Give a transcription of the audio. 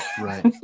Right